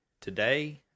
today